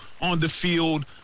on-the-field